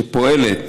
שפועלת